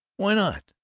why not?